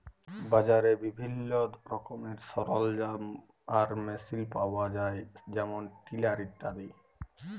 বাজারে বিভিল্ল্য রকমের সরলজাম আর মেসিল পাউয়া যায় যেমল টিলার ইত্যাদি